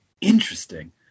Interesting